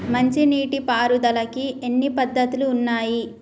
మంచి నీటి పారుదలకి ఎన్ని పద్దతులు ఉన్నాయి?